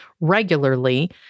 regularly